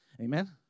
Amen